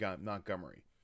Montgomery